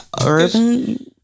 urban